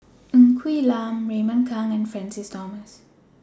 Ng Quee Lam Raymond Kang and Francis Thomas